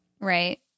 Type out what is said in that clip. Right